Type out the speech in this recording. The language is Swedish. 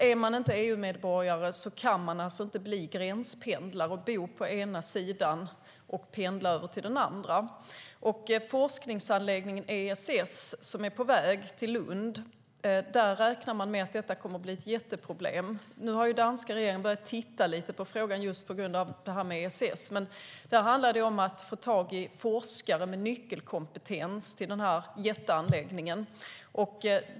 Är man inte EU-medborgare kan man inte bli gränspendlare: bo på ena sidan och pendla över till den andra. När det gäller forskningsanläggningen ESS, som är på väg till Lund, räknar man med att detta kommer att bli ett jätteproblem. Nu har den danska regeringen börjat titta lite på frågan, just på grund av det här med ESS. Det handlar om att få tag i forskare med nyckelkompetens till den här jätteanläggningen.